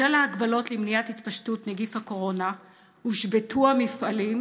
בשל ההגבלות למניעת התפשטות נגיף הקורונה הושבתו המפעלים,